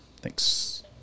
Thanks